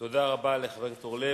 תודה רבה לחבר הכנסת אורלב.